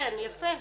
יפה.